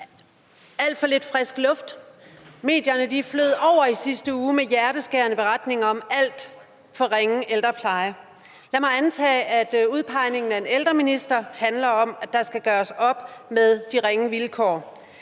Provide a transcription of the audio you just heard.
alt for lidt frisk luft – medierne flød i sidste uge over med hjerteskærende beretninger om en alt for ringe ældrepleje. Lad mig antage, at udpegningen af en ældreminister handler om, at der skal gøres op med de ringe vilkår.